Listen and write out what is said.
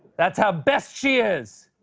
that's how best she is!